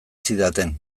zidaten